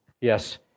Yes